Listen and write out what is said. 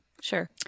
Sure